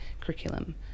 curriculum